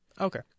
Okay